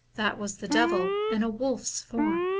that was the devil in a wolf's form.